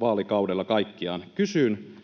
vaalikaudella kaikkiaan. Kysyn: